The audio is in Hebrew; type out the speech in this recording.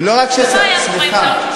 ומה היה קורה אם זה היה בעוד שלושה חודשים?